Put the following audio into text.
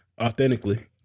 authentically